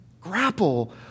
grapple